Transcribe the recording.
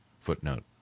Footnote